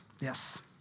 Yes